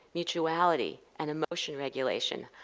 mutuality, and emotion regulation.